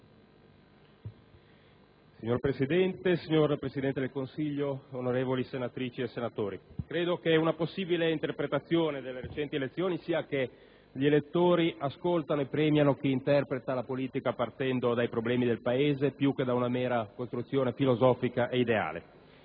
Signor Presidente, signor Presidente del Consiglio, onorevoli senatrici e senatori, credo che una possibile interpretazione delle recenti elezioni sia che gli elettori ascoltano e premiano chi interpreta la politica partendo dai problemi del Paese, più che da una mera costruzione filosofica e ideale.